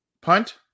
Punt